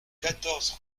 quatorze